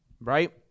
right